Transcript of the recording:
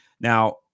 Now